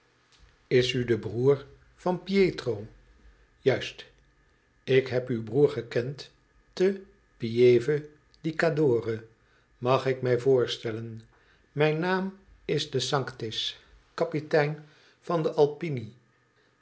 is de broer van pietro juist ik heb uw broer gekend te pieve di cadore mag ik mij voorstellen mijn naam is de sanctis kapitein van de alpini